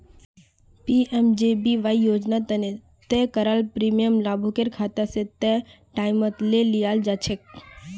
PMJBY योजना तने तय कराल प्रीमियम लाभुकेर खाता स तय टाइमत ले लियाल जाछेक